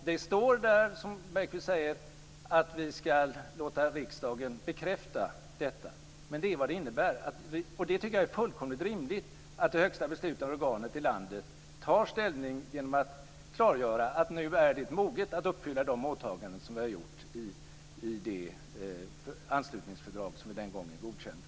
Det står också - som Bergqvist säger - att vi ska låta riksdagen bekräfta detta, och det är fullkomligt rimligt att det högsta beslutande organet i landet tar ställning genom att klargöra att tiden nu är mogen för att uppfylla de åtaganden som vi har gjort i det anslutningsfördrag som vi godkände.